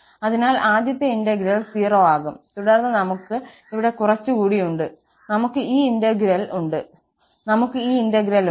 അതിനാൽ ആദ്യത്തെ ഇന്റഗ്രൽ 0 ആകും തുടർന്ന് നമുക്ക് ഇവിടെ കുറച്ചുകൂടി ഉണ്ട് നമുക്ക് ഈ ഇന്റഗ്രൽ ഉണ്ട് നമുക്ക് ഈ ഇന്റഗ്രൽ ഉണ്ട്